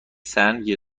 سنگ